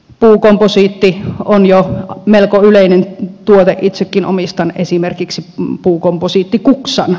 puukomposiitti on jo melko yleinen tuote itsekin omistan esimerkiksi puukomposiittikuksan